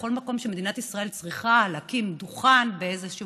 בכל מקום שמדינת ישראל צריכה להקים דוכן באיזשהו